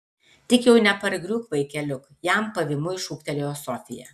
tik jau nepargriūk vaikeliuk jam pavymui šūktelėjo sofija